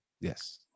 Yes